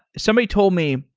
somebody told me,